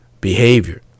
behavior